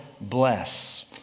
bless